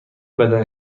بدن